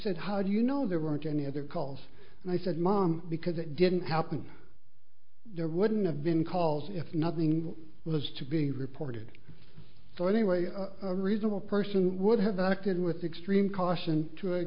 said how do you know there weren't any other calls and i said mom because it didn't happen there wouldn't have been calls if nothing was to be reported so anyway a reasonable person would have acted with extreme caution to